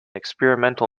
experimental